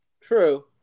True